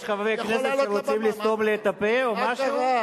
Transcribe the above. יש חברי כנסת שרוצים לסתום לי את הפה או משהו?